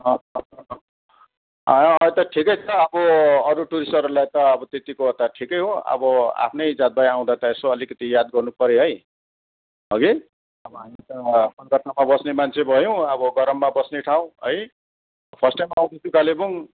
त ठिकै छ अब अरू टुरिस्टहरूलाई त अब त्यतिको त ठिकै हो अब आफ्नै जात भाइ आउँदा त यसो अलिकति याद गर्नुपर्यो है हगि अब हामी त कलकत्तामा बस्ने मान्छे भयौँ अब गरममा बस्ने ठाउँ है फर्स्ट टाइम आउँदैछु कालेबुङ